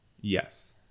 Yes